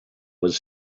was